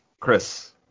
Chris